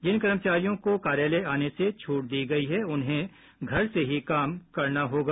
जिन कर्मचारियों को कार्यालय आने की छूट दी गई है उन्हें घर से ही काम करना होगा